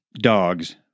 dogs